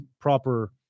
proper